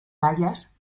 bayas